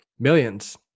Millions